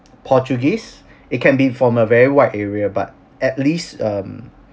portuguese it can be from a very wide area but at least um